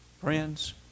Friends